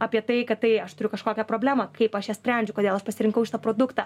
apie tai kad tai aš turiu kažkokią problemą kaip aš ją sprendžiu kodėl aš pasirinkau šitą produktą